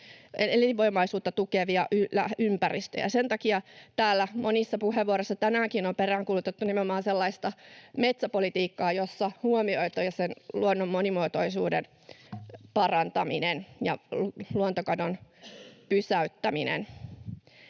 elinvoimaisuutta tukevia ympäristöjä. Sen takia täällä monissa puheenvuoroissa tänäänkin on peräänkuulutettu nimenomaan sellaista metsäpolitiikkaa, jossa huomioitaisiin luonnon monimuotoisuuden parantaminen ja luontokadon pysäyttäminen.